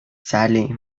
sadly